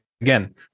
again